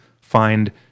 find